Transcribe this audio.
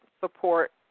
support